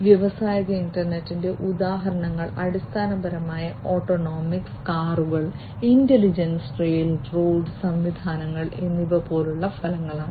വ്യാവസായിക ഇന്റർനെറ്റിന്റെ ഉദാഹരണങ്ങൾ അടിസ്ഥാനപരമായി ഓട്ടോണമസ് കാറുകൾ ഇന്റലിജന്റ് റെയിൽറോഡ് സംവിധാനങ്ങൾ എന്നിവ പോലുള്ള ഫലങ്ങളാണ്